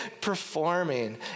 performing